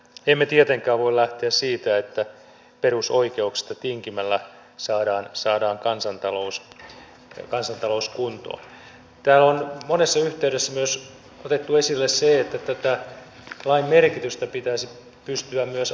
emme tietenkään voi lähteä siitä että perusoikeuksista tinkimällä saadaan kansantalous kuntoon täällä on monessa yhteydessä myös otettu esille se että tätä lain merkitystä pitäisi pystyä myös arvioimaan